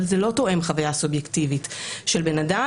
אבל זה לא תואם חוויה סובייקטיבית של בן אדם.